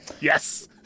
yes